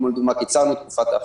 כמו לדוגמה קיצרנו את תקופת האכשרה.